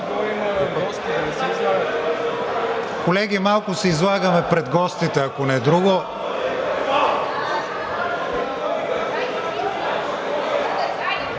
Колеги, малко се излагаме пред гостите, ако не друго.